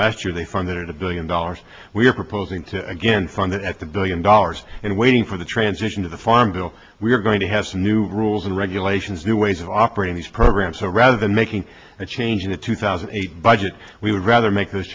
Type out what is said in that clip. last year they funded a billion dollars we are proposing to again fund it at the billion dollars and waiting for the transition to the farm bill we are going to have some new rules and regulations new ways of operating these programs so rather than making a change in the two thousand and eight budget we would rather make those